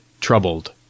troubled